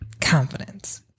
Confidence